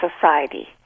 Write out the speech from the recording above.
society